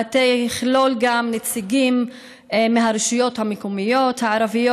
המטה יכלול גם נציגים מהרשויות המקומיות הערביות,